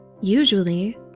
Usually